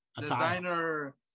designer